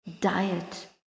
diet